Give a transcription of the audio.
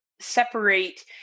separate